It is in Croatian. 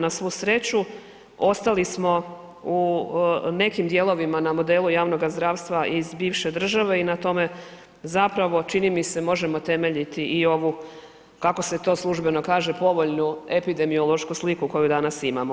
Na svu sreću ostali smo u nekim dijelovima na modelu javnoga zdravstva iz bivše države i na tome zapravo čini mi se možemo temeljiti i ovu kako se to službeno kaže povoljnu epidemiološku sliku koju danas imamo.